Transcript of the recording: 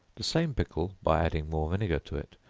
the same pickle, by adding more vinegar to it,